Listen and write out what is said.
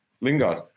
Lingard